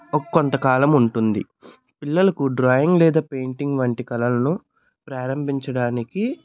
ఓ కొంత కాలముంటుంది పిల్లలకు డ్రాయింగ్ లేదా పెయింటింగ్ వంటి కళలను ప్రారంభించడానికి